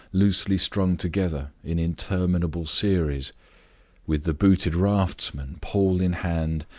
loosely strung together in interminable series with the booted raftsmen, pole in hand,